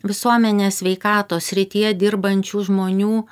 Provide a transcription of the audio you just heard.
visuomenės sveikatos srityje dirbančių žmonių